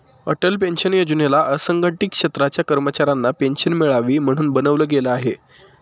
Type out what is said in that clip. Atal pension योजनेला असंघटित क्षेत्राच्या कर्मचाऱ्यांना पेन्शन मिळावी, म्हणून बनवलं गेलं आहे